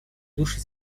души